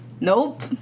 nope